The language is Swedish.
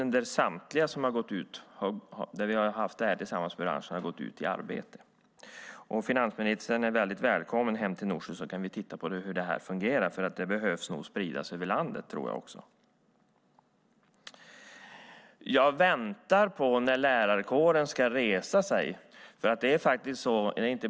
Där har samtliga som gått ut fått arbete. Finansministern är välkommen att komma till Norsjö och se hur det fungerar, för det behöver nog spridas över landet. Jag väntar på att lärarkåren ska resa sig.